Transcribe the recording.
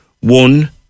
One